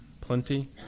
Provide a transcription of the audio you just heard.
Plenty